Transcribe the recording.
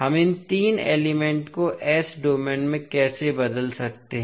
हम तीन एलिमेंट को s डोमेन में कैसे बदल सकते हैं